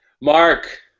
mark